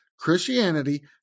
Christianity